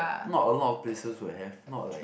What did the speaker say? not a lot of places will have not like